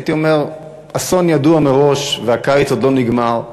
הייתי אומר אסון ידוע מראש, והקיץ עוד לא נגמר.